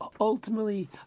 ultimately